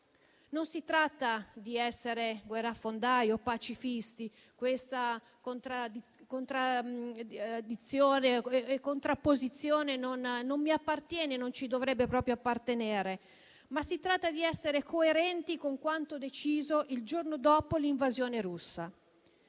Non si tratta di essere guerrafondai o pacifisti; questa contrapposizione non mi appartiene e non ci dovrebbe proprio appartenere. Si tratta di essere coerenti con quanto deciso il giorno dopo l'invasione russa.